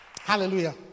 Hallelujah